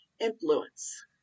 influence